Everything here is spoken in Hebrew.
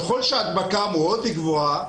ככל שההדבקה מאוד גבוהה,